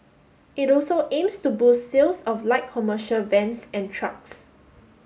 it also aims to boost sales of light commercial vans and trucks